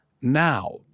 now